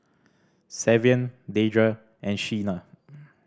Savion Dedra and Shena